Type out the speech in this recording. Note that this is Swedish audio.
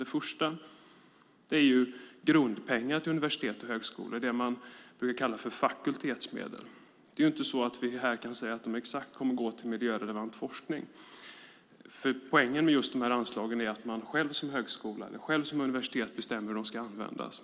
Det första spåret är grundpengar till universitet och högskolor - det man brukar kalla för fakultetsmedel. Vi kan inte här säga att de kommer att gå exakt till miljörelevant forskning. Poängen med anslagen är att man själv som högskola eller universitet bestämmer hur de ska användas.